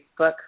Facebook